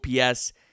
OPS